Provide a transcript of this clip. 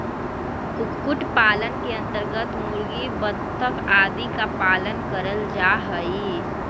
कुक्कुट पालन के अन्तर्गत मुर्गी, बतख आदि का पालन करल जा हई